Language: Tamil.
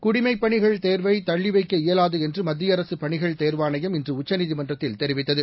குடிமைப்பணிகள் தேர்வை தள்ளி வைக்க இயலாது என்று மத்திய அரசு பணிகள் தேர்வாணையம் இன்று உச்சநீதிமன்றத்தில் தெரிவித்தது